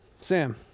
Sam